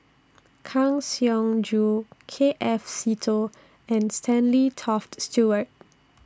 Kang Siong Joo K F Seetoh and Stanley Toft Stewart